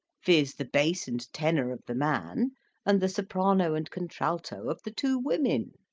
viz. the bass and tenor of the man and the soprano and contralto of the two women?